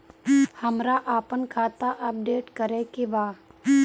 हमरा आपन खाता अपडेट करे के बा